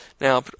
Now